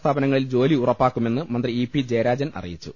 സ്ഥാപനങ്ങളിൽ ജോലി ഉറപ്പാക്കുമെന്ന് മന്ത്രി ഇ പി ജയരാജൻ അറിയിച്ചു